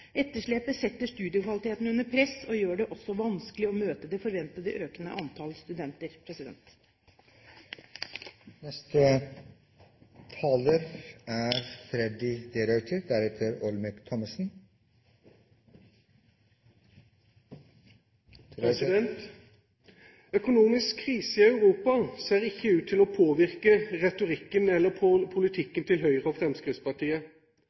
Etterslepet setter studiekvaliteten under press og gjør det også vanskelig å møte det forventede økende antallet studenter. Økonomisk krise i Europa ser ikke ut til å påvirke retorikken eller politikken til Høyre og Fremskrittspartiet.